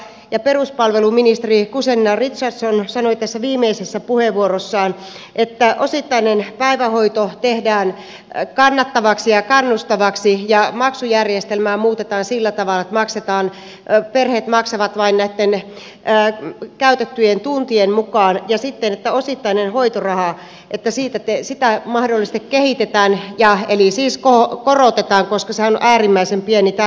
ja peruspalveluministeri guzenina richardson sanoi tässä viimeisessä puheenvuorossaan että osittainen päivähoito tehdään kannattavaksi ja kannustavaksi ja maksujärjestelmää muutetaan sillä tavalla että perheet maksavat vain näitten käytettyjen tuntien mukaan ja että osittaista hoitorahaa mahdollisesti kehitetään eli siis korotetaan koska sehän on äärimmäisen pieni tällä hetkellä